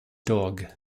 dog